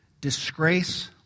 disgrace